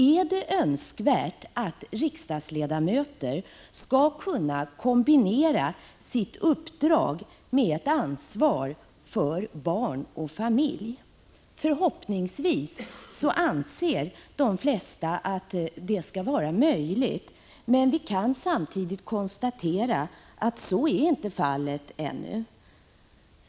Är det önskvärt att riksdagsledamöter skall kunna kombinera sitt uppdrag med ett ansvar för barn och familj? Förhoppningsvis anser de flesta att det skall vara möjligt, men vi kan samtidigt konstatera att så inte är fallet ännu.